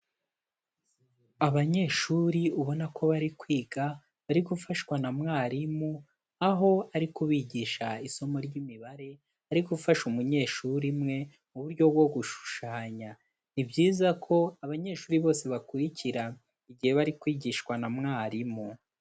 Abanyeshuri ubona ko bari kwiga, bari gufashwa na mwarimu, aho ari kubigisha isomo ry'Imibare, ari gufasha umunyeshuri umwe mu buryo bwo gushushanya. Ni byiza ko abanyeshuri bose bakurikira igihe bari kwigishwa na mwarimu.